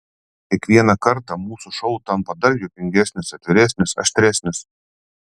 kiekvieną kartą mūsų šou tampa dar juokingesnis atviresnis aštresnis